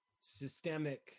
systemic